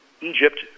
Egypt